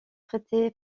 traité